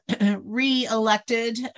re-elected